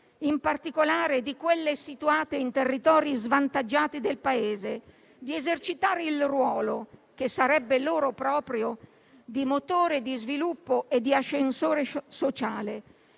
in particolare di quelle situate in territori svantaggiati del Paese, di esercitare il ruolo (che sarebbe loro proprio) di motore di sviluppo e di ascensore sociale.